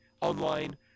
online